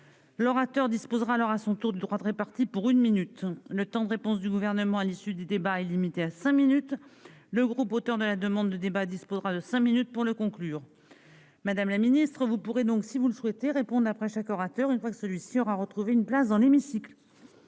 l'orateur disposera alors à son tour du droit d'répartis pour une minute, le temps de réponse du gouvernement à l'issue du débat est limitée à 5 minutes le groupe, auteur de la demande de débat du sport 5 minutes pour le conclure madame la ministre, vous pourrez donc, si vous le souhaitez répondre après chaque orateur, une fois que celui sur à retrouver une place dans l'hémicycle,